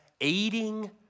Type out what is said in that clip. aiding